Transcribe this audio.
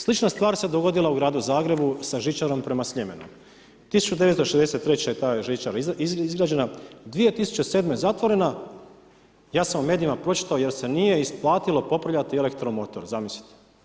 Slična stvar se dogodila u Gradu Zagrebu sa žičarom prema Sljemenu, 1963. je ta željeznica izglađena, 2007. zatvorena, ja sam u medijima pročitalo jer se nije isplatilo popravljati elektromotor, zamislite.